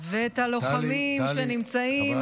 טלי, טלי.